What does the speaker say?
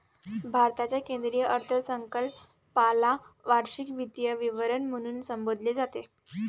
भारताच्या केंद्रीय अर्थसंकल्पाला वार्षिक वित्तीय विवरण म्हणून संबोधले जाते